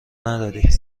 نداری